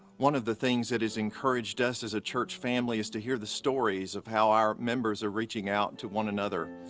one of the things that has encouraged us as a church family is to hear the stories of how our members are reaching out to one another.